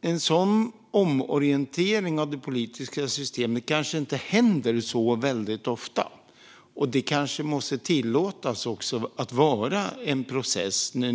En sådan omorientering av det politiska systemet händer inte särskilt ofta. När nya strukturer föds måste det kanske tillåtas vara en process. Blev